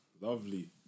lovely